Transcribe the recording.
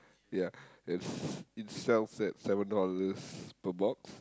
ya it's it sells at seven dollars per box